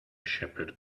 shepherd